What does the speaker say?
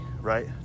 right